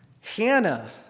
Hannah